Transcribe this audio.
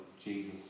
Jesus